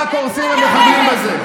רק הורסים ומחבלים בזה.